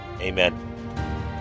amen